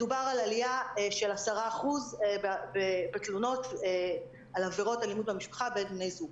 מדובר על עלייה של 10% בתלונות על עבירות אלימות במשפחה בין בני זוג.